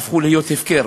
הפכו להיות הפקר,